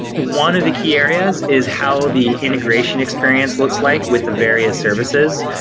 one of the key areas is how the integration experience looks like with various services.